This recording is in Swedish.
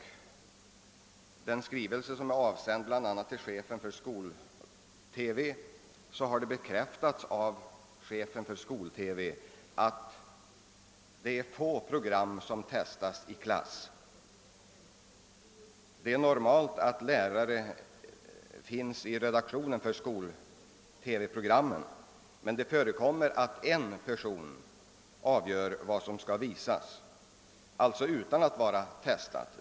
I svaret på skrivelsen som har sänts till chefen för skol-TV har det bekräftats av denne att det är få program som testas i klass innan de sänds i TV. Normalt sitter det lärare i redaktionen för skol-TV-programmen, men det förekommer att en person avgör vad som skall visas, alltså utan att detta blir testat.